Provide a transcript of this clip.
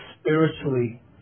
spiritually